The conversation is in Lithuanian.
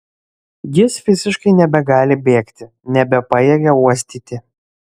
jis fiziškai nebegali bėgti nebepajėgia uostyti